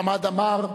חמד עמאר.